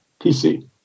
PC